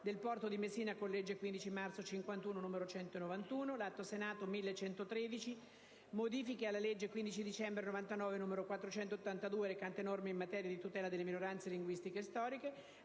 del porto di Messina con legge 15 marzo 1951, n. 191»); n. 1113 («Modifiche alla legge 15 dicembre 1999, n. 482, recante norme in materia di tutela delle minoranze linguistiche storiche»);